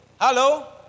Hello